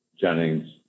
Jennings